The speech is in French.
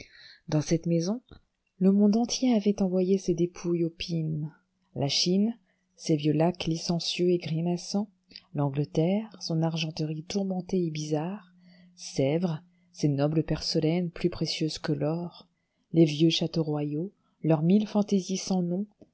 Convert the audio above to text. dans cette maison le monde entier avait envoyé ses dépouilles opimes la chine ses vieux laques licencieux et grimaçants l'angleterre son argenterie tourmentée et bizarre sèvres ses nobles porcelaines plus précieuses que l'or les vieux châteaux royaux leurs mille fantaisies sans nom